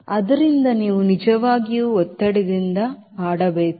ಆದ್ದರಿಂದ ನೀವು ನಿಜವಾಗಿಯೂ ಒತ್ತಡದಿಂದ ಆಡಬೇಕು